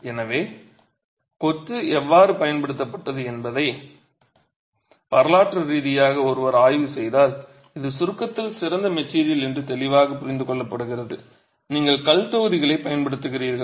எனவே கொத்து எவ்வாறு பயன்படுத்தப்பட்டது என்பதை வரலாற்று ரீதியாக ஒருவர் ஆய்வு செய்தால் இது சுருக்கத்தில் சிறந்த மெட்டிரியல் என்று தெளிவாக புரிந்து கொள்ளப்படுகிறது நீங்கள் கல் தொகுதிகளைப் பயன்படுத்துகிறீர்கள்